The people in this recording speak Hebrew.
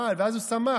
ואז הוא שמח,